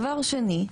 דבר שני,